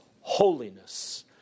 holiness